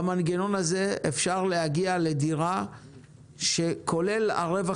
במנגנון הזה אפשר להגיע לדירה שכולל הרווח